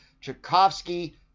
Tchaikovsky